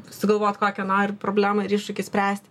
sugalvot kokią nori problemą ir iššūkį spręst